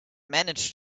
managed